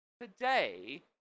today